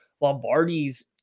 Lombardi's